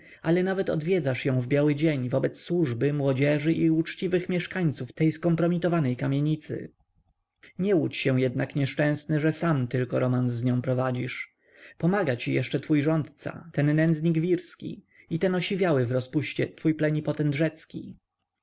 ale nawet odwiedzasz ją w biały dzień wobec służby młodzieży i uczciwych mieszkańców tej skompromitowanej kamienicy nie łudź się jednak nieszczęsny że sam tylko romans z nią prowadzisz pomaga ci jeszcze twój rządca ten nędznik wirski i ten osiwiały w rozpuście twój plenipotent rzecki